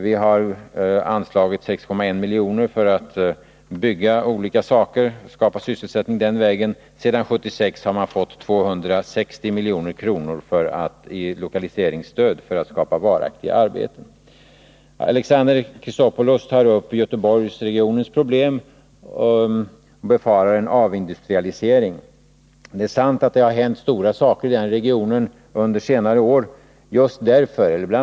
Vi har anslagit 6,1 milj.kr. för olika byggnadsarbeten, för att skapa sysselsättning den vägen. Sedan 1976 har Älvsborgs län fått 260 milj.kr. i lokaliseringsstöd för att skapa varaktiga arbeten. Alexander Chrisopoulos tar upp Göteborgsregionens problem och befarar en avindustrialisering. Det är sant att det har hänt stora saker i den regionen under senare år. Bl.